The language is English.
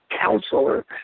counselor